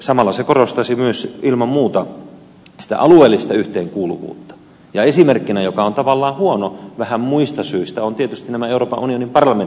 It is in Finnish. samalla se korostaisi myös ilman muuta sitä alueellista yhteenkuuluvuutta ja esimerkkinä joka on tavallaan huono vähän muista syistä ovat tietysti nämä euroopan unionin parlamentin vaalit